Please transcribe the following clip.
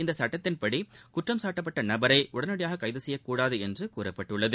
இந்த சுட்டத்தின்படி குற்றம் சாட்டப்பட்ட நபரை உடனடியாக கைது சுசுப்யக்கூடாது என்று கூறப்பட்டுள்ளது